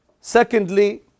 Secondly